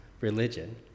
religion